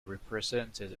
represented